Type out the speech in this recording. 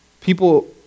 People